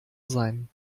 sein